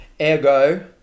ergo